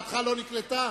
אם לא תיקלט פעם שנייה,